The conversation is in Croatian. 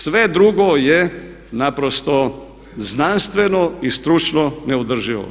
Sve drugo je naprosto znanstveno i stručno neodrživo.